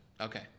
okay